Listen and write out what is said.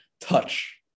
touch